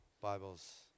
Bibles